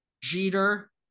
jeter